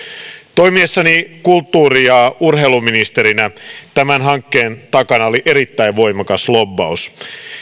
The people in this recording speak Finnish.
toimiessani kulttuuri ja urheiluministerinä tämän hankkeen takana oli erittäin voimakas lobbaus